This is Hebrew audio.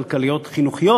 הכלכליות החינוכיות.